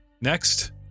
next